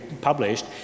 published